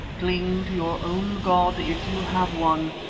cling to your own god if you have one,